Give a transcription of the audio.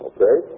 Okay